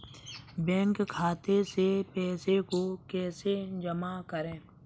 Bank खाते से पैसे को कैसे जमा करें?